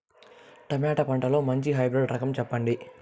Tomato పంటలో మంచి hybrid రకం చెప్పండి?